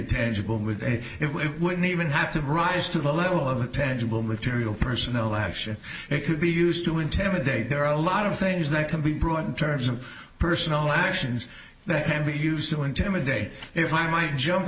tangible it wouldn't even have to rise to the level of a tangible material personal action it could be used to intimidate there are a lot of things that can be brought in terms of personal actions that can be used to intimidate if i might jump